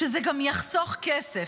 שזה גם יחסוך כסף,